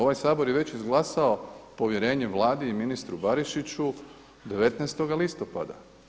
Ovaj Sabor je već izglasao povjerenje Vladi i ministru Barišiću 19. listopada.